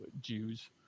Jews